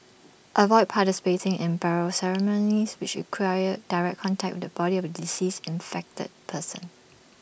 avoid participating in burial ceremonies which require direct contact with the body of A deceased infected person